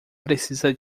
precisa